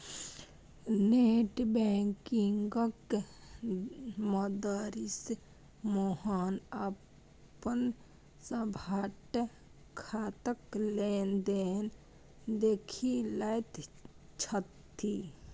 net बैंकिंगक मददिसँ मोहन अपन सभटा खाताक लेन देन देखि लैत छथि